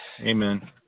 amen